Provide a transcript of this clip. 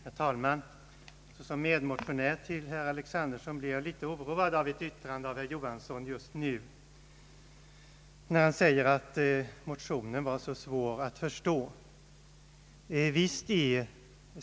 Herr talman! Som medmotionär till herr Alexanderson blev jag litet oroad av ett yttrande, som herr Tage Johansson nyss fällde. Han sade att den motion det här gäller var så svår att förstå. Visst är.